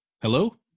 Hello